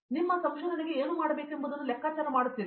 ನಿಮ್ಮ ಸಂಶೋಧನೆಗೆ ನೀವು ಏನು ಮಾಡಬೇಕೆಂಬುದನ್ನು ನೀವು ಲೆಕ್ಕಾಚಾರ ಮಾಡುತ್ತೀರಿ